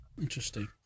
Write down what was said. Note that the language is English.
Interesting